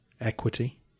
equity